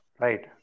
Right